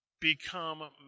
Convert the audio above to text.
become